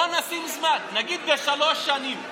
בוא נשים זמן: נגיד לשלוש שנים,